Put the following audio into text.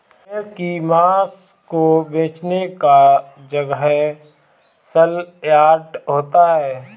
भेड़ की मांस को बेचने का जगह सलयार्ड होता है